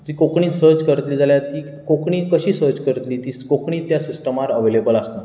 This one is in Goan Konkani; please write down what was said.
तीं कोंकणी सर्च करतलीं जाल्यार तीं कोंकणी कशीं सर्च करतलीं तीं कोंकणी त्या सिस्टमार अवेलेबल आसना